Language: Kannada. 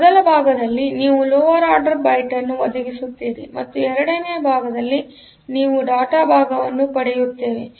ಆದ್ದರಿಂದ ಮೊದಲ ಭಾಗದಲ್ಲಿ ನೀವು ಲೋವರ್ ಆರ್ಡರ್ ಅಡ್ರೆಸ್ ಬೈಟ್ ಅನ್ನು ಒದಗಿಸುತ್ತೀರಿ ಮತ್ತು ಎರಡನೇ ಭಾಗದಲ್ಲಿ ನಾವು ಡೇಟಾ ಭಾಗವನ್ನು ಪಡೆಯುತ್ತೇವೆ